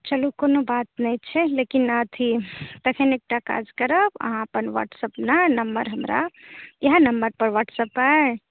चलूँ कोनो बात नहि छै लेकिन अथी तखन एकटा काज करब अहाँ अपन व्हाट्सअप ने नम्बर हमरा इएह नम्बर पर व्हाट्सअप यऽ